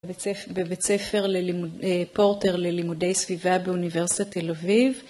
בבית ספר פורטר ללימודי סביבה באוניברסיטת תל אביב.